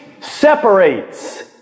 separates